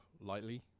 lightly